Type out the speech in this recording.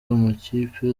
amakipe